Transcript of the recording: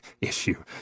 issue